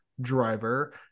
driver